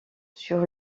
sur